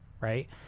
right